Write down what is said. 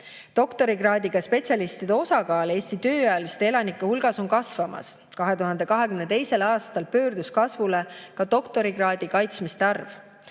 Doktorikraadiga spetsialistide osakaal Eesti tööealiste elanike hulgas on kasvamas. 2022. aastal pöördus kasvule ka doktorikraadi kaitsmiste arv.